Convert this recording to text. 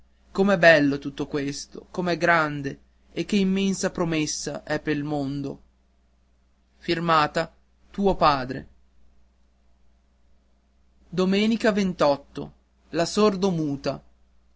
e d'esami com'è bello tutto questo com'è grande e che immensa promessa è pel mondo la sordomuta